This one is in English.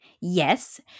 Yes